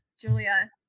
Julia